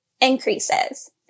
increases